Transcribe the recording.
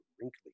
wrinkly